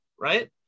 right